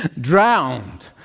drowned